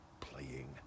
playing